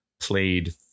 played